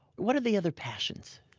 what are the other passions?